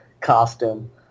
costume